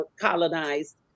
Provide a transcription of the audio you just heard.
colonized